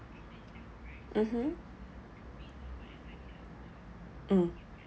mmhmm mm